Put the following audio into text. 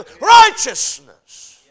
righteousness